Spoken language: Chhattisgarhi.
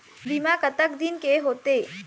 बीमा कतक दिन के होते?